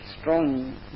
strong